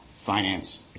finance